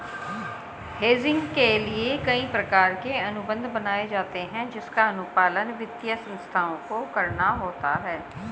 hedging के लिए कई प्रकार के अनुबंध बनाए जाते हैं जिसका अनुपालन वित्तीय संस्थाओं को करना होता है